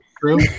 True